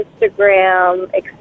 Instagram